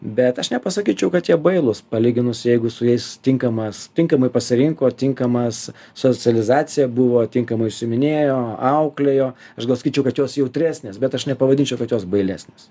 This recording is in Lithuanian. bet aš nepasakyčiau kad jie bailūs palyginus jeigu su jais tinkamas tinkamai pasirinko tinkamas socializacija buvo tinkamai užsiiminėjo auklėjo aš gal sakyčiau kad jos jautresnės bet aš nepavadinčiau kad jos bailesnės